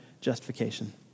justification